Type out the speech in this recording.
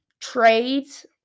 trades